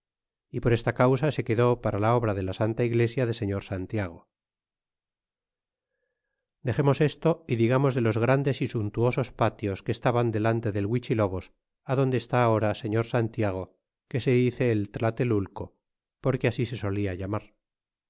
é por esta causa se quedó para la obra de la santa iglesia de señor santiago dexernos esto y digamos de los grandes y suntuosos patios que estaban delante del huichilobos adonde está ahora señor santiago que se dice el taltelulco porque así se solia llamar